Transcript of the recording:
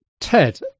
Ted